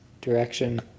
direction